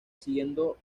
siguiendo